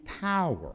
power